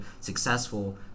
successful